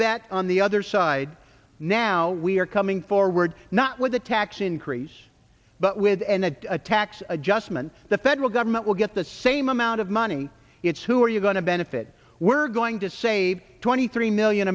bet on the other side now we are coming forward not with a tax increase but with an at a tax adjustment the federal government will get the same amount of money it's who are you going to benefit we're going to save twenty three million